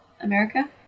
America